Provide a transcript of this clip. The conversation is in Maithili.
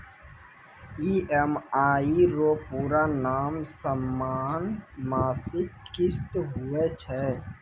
ई.एम.आई रो पूरा नाम समान मासिक किस्त हुवै छै